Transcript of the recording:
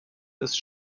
ist